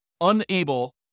unable